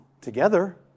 together